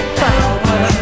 power